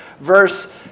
verse